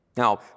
Now